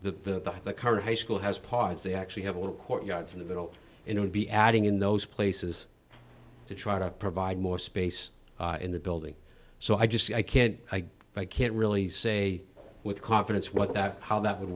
the current high school has pods they actually have a little courtyards in the middle it would be adding in those places to try to provide more space in the building so i just i can't i can't really say with confidence what that how that would